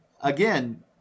again